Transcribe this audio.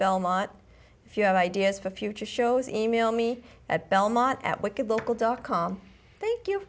belmont if you have ideas for future shows email me at belmont at what good local dot com thank you